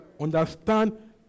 understand